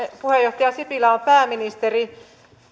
puheenjohtaja sipilä on pääministeri